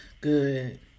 Good